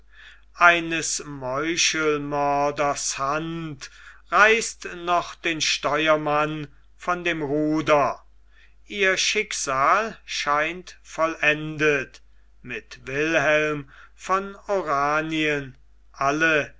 eines meuchelmörders hand reißt noch den steuermann von dem ruder ihr schicksal scheint vollendet mit wilhelm von oranien alle